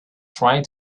trying